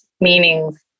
meanings